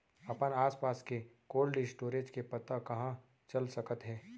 अपन आसपास के कोल्ड स्टोरेज के पता कहाँ चल सकत हे?